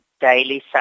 daily